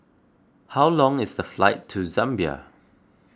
how long is the flight to Zambia